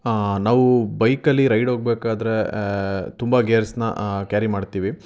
ನಾವು ಬೈಕಲ್ಲಿ ರೈಡ್ ಹೋಗಬೇಕಾದ್ರೆ ತುಂಬ ಗೇರ್ಸ್ನ ಕ್ಯಾರಿ ಮಾಡ್ತೀವಿ